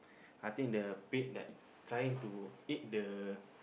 I think the pig like trying to eat the